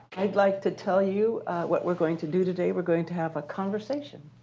i'd like to tell you what we're going to do today. we're going to have a conversation.